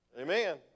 Amen